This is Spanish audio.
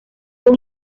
con